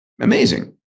Amazing